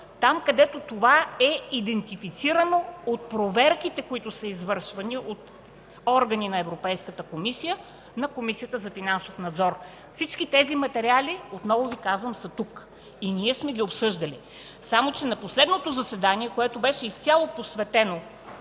там, където това е идентифицирано от проверките, които са извършвани от органи на Европейската комисия, от Комисията за финансов надзор. Всички тези материали, отново Ви казвам, са тук. (Показва папката.) И ние сме ги обсъждали, само че на последното заседание, което беше изцяло посветено